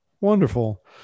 Wonderful